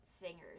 singers